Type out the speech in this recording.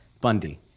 Bundy